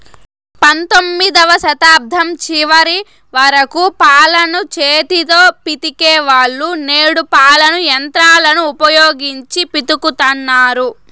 పంతొమ్మిదవ శతాబ్దం చివరి వరకు పాలను చేతితో పితికే వాళ్ళు, నేడు పాలను యంత్రాలను ఉపయోగించి పితుకుతన్నారు